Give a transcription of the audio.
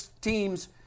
team's